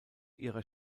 ihrer